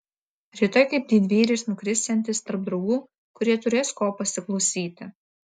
rytoj kaip didvyris nukrisiantis tarp draugų kurie turės ko pasiklausyti